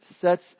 sets